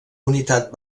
unitat